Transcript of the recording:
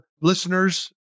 listeners